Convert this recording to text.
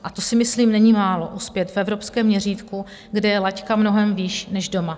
A to si myslím, není málo, uspět v evropském měřítku, kde je laťka mnohem výš než doma.